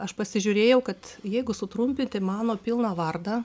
aš pasižiūrėjau kad jeigu sutrumpinti mano pilną vardą